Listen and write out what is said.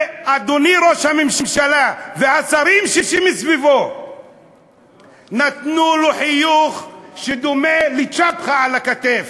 ואדוני ראש הממשלה והשרים שמסביבו נתנו לו חיוך שדומה לצ'פחה על הכתף.